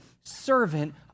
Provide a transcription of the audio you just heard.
servant